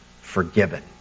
forgiven